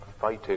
fighting